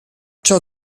ciò